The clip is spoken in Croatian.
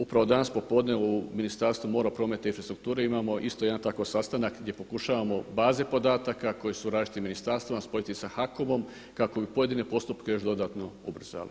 Upravo danas popodne u Ministarstvu mora, prometa i infrastrukture imamo isto jedan tako sastanak gdje pokušavamo baze podataka koje su različitim ministarstvima spojiti sa HAKOM-om kako bi pojedine postupke još dodatno ubrzali.